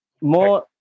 more